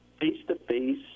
face-to-face